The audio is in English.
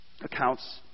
accounts